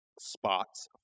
spots